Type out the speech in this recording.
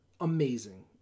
amazing